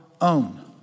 own